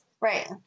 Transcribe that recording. Right